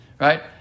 right